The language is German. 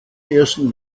ersten